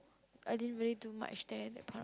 I didn't really do much there at the pond